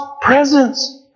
presence